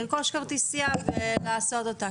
לרכוש כרטיסייה וכן,